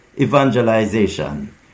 evangelization